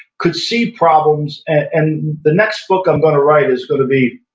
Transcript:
could see problems, and the next book i'm going to write is going to be,